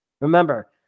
Remember